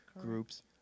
groups